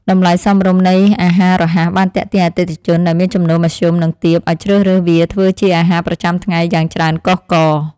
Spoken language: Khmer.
តម្លៃសមរម្យនៃអាហាររហ័សបានទាក់ទាញអតិថិជនដែលមានចំណូលមធ្យម និងទាបឲ្យជ្រើសរើសវាធ្វើជាអាហារប្រចាំថ្ងៃយ៉ាងច្រើនកុះករ។